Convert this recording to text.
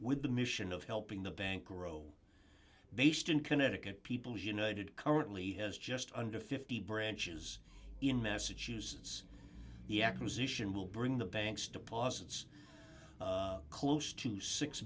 with the mission of helping the bank grow based in connecticut people as you noted currently has just under fifty branches in massachusetts the acquisition will bring the bank's deposits close to six